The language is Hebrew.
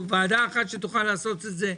או ועדה אחת שתוכל לעשות את זה,